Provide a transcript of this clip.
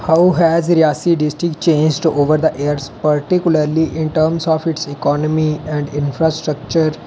how has Reasi district changed over the year particularly over its economy and infrastructure